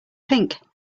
pink